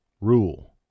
rule